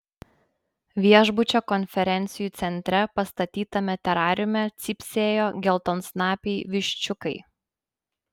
viešbučio konferencijų centre pastatytame terariume cypsėjo geltonsnapiai viščiukai